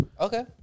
Okay